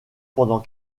pendant